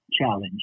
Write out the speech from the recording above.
challenge